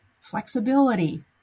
flexibility